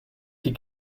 die